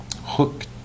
hook